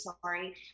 Sorry